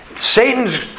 Satan's